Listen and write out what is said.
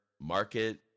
market